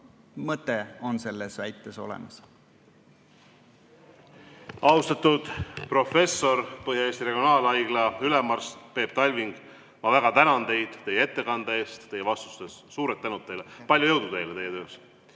mõte on selles väites olemas. Austatud professor, Põhja-Eesti Regionaalhaigla ülemarst Peep Talving, ma väga tänan teid teie ettekande eest, teie vastuste eest! Suur tänu teile! Palju jõudu teile teie töös!